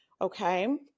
Okay